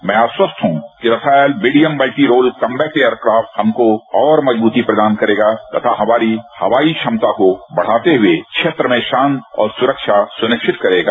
मैं आश्वस्त हूं कि Rafale medium multi role combat aircraft हमको और मजबूत प्रदान करेगा तथा हमारी हवाई क्षमता को बढ़ाते हुए क्षेत्र में शांति और सुरक्षा सुनिश्चित करेगा